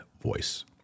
voice